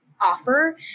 offer